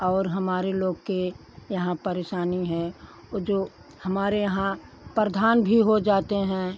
और हमारे लोग के यहाँ परेशानी है ऊ जो हमारे यहाँ प्रधान भी हो जाते हैं